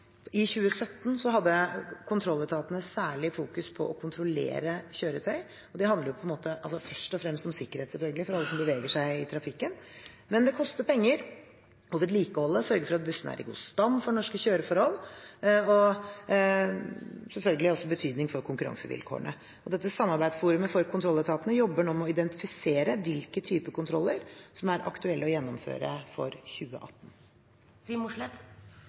I 2017 fokuserte kontrolletatene særlig på å kontrollere kjøretøy, og det handler først og fremst om sikkerhet for alle som beveger seg i trafikken. Men det koster penger å vedlikeholde og sørge for at bussene er i god stand for norske kjøreforhold, og det har selvfølgelig også betydning for konkurransevilkårene. Dette samarbeidsforumet for kontrolletatene jobber nå med å identifisere hvilke typer kontroller som er aktuelle å gjennomføre for